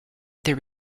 their